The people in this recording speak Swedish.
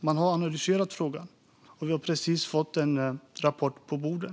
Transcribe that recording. Man har analyserat frågan, och vi har precis fått en rapport på bordet.